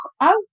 out